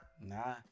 Nah